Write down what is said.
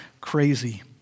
crazy